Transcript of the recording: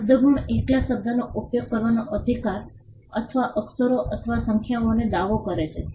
શબ્દ ગુણ એકલા શબ્દનો ઉપયોગ કરવાનો અધિકાર અથવા અક્ષરો અથવા સંખ્યાઓનો દાવો કરે છે